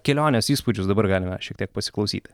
kelionės įspūdžius dabar galime šiek tiek pasiklausyti